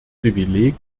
privileg